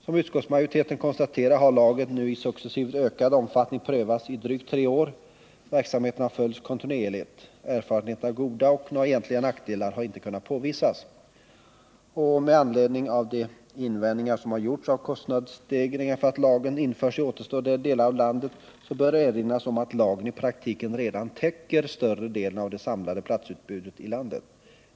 Som utskottsmajoriteten konstaterar har lagen nu i successivt ökad omfattning prövats i drygt tre år. Verksamheten har följts kontinuerligt. Erfarenheterna är goda, och några egentliga nackdelar har inte kunnat påvisas. Med anledning av invändningar mot kostnadsstegringar för att lagen införs i återstående delar av landet bör erinras om att lagen i praktiken redan täcker större delen av det samlade platsutbudet i landet.